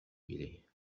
إليه